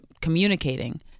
communicating